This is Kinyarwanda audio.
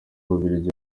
bubiligi